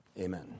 amen